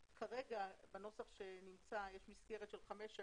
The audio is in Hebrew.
כרגע, בנוסח שנמצא יש מסגרת של 5 שנים,